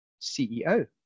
CEO